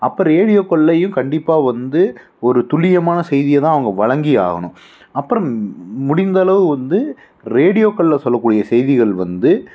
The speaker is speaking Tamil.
அப்போ ரேடியோக்கள்லேயும் கண்டிப்பாக வந்து ஒரு துல்லியமான செய்தியை தான் அவங்க வழங்கி ஆகணும் அப்புறம் முடிந்தளவு வந்து ரேடியோக்களில் சொல்லக்கூடிய செய்திகள் வந்து